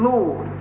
Lord